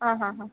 ಆಂ ಹಾಂ ಹಾಂ